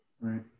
Right